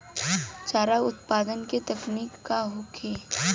चारा उत्पादन के तकनीक का होखे?